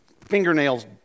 fingernails